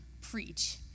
preach